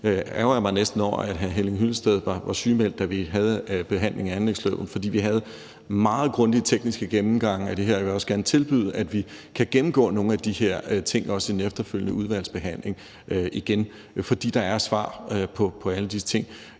ærgrer jeg mig næsten over, at hr. Henning Hyllested var sygemeldt, da vi havde behandlingen af anlægsloven, for vi havde meget grundige tekniske gennemgange af det her, og jeg vil også gerne tilbyde, at vi kan gennemgå nogle af de her ting også i den efterfølgende udvalgsbehandling igen, for der er svar på alle disse ting.